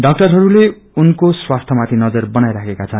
डाक्टरहस्ले उनको स्वास्थ्य माथि नजर बनाईराखेका छन्